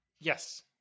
Yes